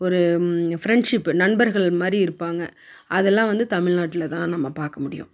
ஒரு ஃப்ரெண்ட்ஷிப் நண்பர்கள் மாதிரி இருப்பாங்க அதெல்லாம் வந்து தமிழ் நாட்டில் தான் நம்ம பார்க்க முடியும்